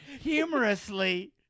Humorously